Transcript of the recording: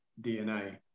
DNA